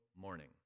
morning